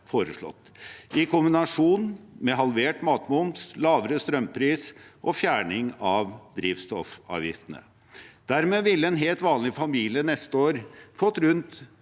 i kombinasjon med halvert matmoms, lavere strømpris og fjerning av drivstoffavgiftene. Dermed ville en helt vanlig familie neste år fått rundt